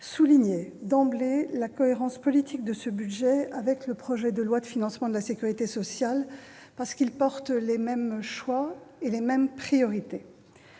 souligner d'emblée la cohérence politique de ce budget avec le projet de loi de financement de la sécurité sociale : ils portent les mêmes choix et les mêmes priorités.